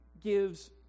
gives